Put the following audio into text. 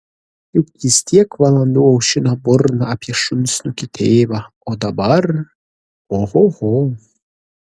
juk jis tiek valandų aušino burną apie šunsnukį tėvą o dabar ohoho